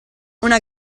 una